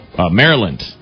Maryland